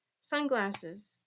sunglasses